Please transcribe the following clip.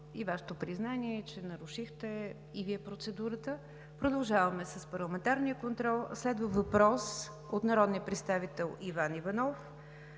и Вашето признание, че нарушихте и Вие процедурата. Продължаваме с парламентарния контрол. Следва въпрос от народния представител Иван Иванов